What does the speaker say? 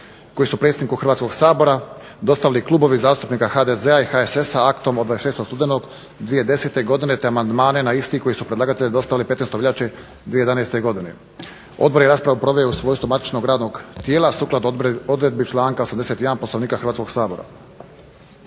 koji su predsjedniku HRvatskog sabora dostavili klubovi zastupnika HDZ-a i HSS-a aktom od 26. studenog 2010. godine, te amandmane na isti koji su predlagatelji dostavili 15. veljače 2011. godine. Odbor je raspravu proveo u svojstvu matičnog radnog tijela, sukladno odredbi članka 81. poslovnika Hrvatskog sabora.